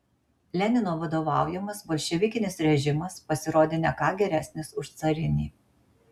lenino vadovaujamas bolševikinis režimas pasirodė ne ką geresnis už carinį